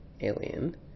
alien